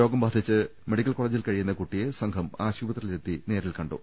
രോഗംബാധിച്ച് medical കോള ജിൽ കഴിയുന്ന കുട്ടിയെ സംഘം ആശുപത്രിയിലെത്തി നേരിൽകണ്ടു